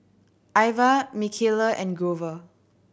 Ivah Michaela and Grover